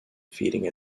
feeding